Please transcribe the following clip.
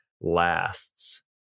lasts